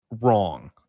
wrong